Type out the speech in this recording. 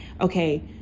okay